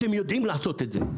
אתם יודעים לעשות את זה,